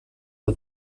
hau